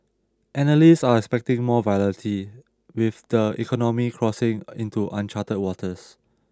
analysts are expecting more volatility with the economy crossing into uncharted waters